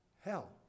Hell